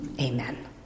Amen